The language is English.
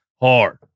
hard